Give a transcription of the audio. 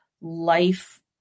life